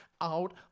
out